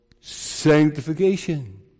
sanctification